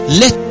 let